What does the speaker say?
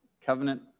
Covenant